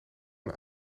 een